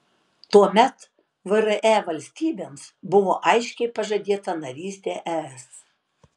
tuomet vre valstybėms buvo aiškiai pažadėta narystė es